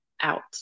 out